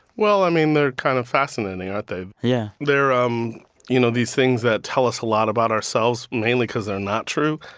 well, i mean, they're kind of fascinating, aren't they? yeah they're, um you know, these things that tell us a lot about ourselves, mainly because they're not true.